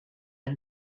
out